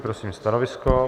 Prosím stanovisko.